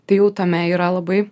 tai jau tame yra labai